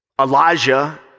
Elijah